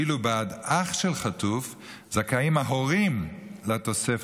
ואילו בעד אח של חטוף זכאים ההורים לתוספת